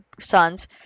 sons